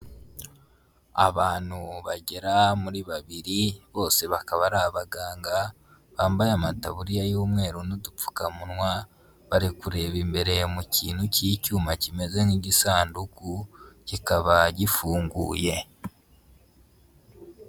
Abantu bagera muri babiri bose bakaba ari abaganga bambaye amataburiya y'umweru n'udupfukamunwa, bari kureba imbere mu kintu k'icyuma kimeze nk'igisanduku kikaba gifunguye.